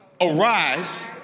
Arise